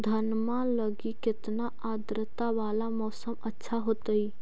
धनमा लगी केतना आद्रता वाला मौसम अच्छा होतई?